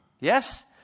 Yes